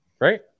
right